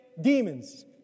demons